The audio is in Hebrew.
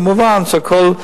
כמובן הכול,